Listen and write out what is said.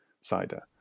cider